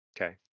Okay